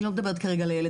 אני לא מדברת כרגע על הילד,